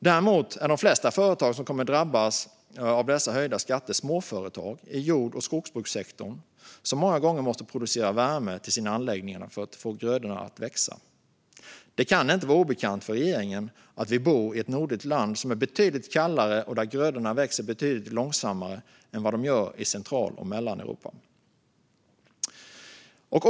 Däremot är de flesta företag som kommer att drabbas av dessa höjda skatter småföretag i jordbruks och skogsbrukssektorn, som många gånger måste producera värme till sina anläggningar för att få grödorna att växa. Det kan inte vara obekant för regeringen att vi bor i ett nordligt land som är betydligt kallare än länderna i Central och Mellaneuropa och där grödorna växer betydligt långsammare än de gör där.